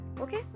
Okay